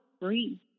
free